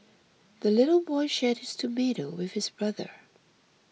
the little boy shared his tomato with his brother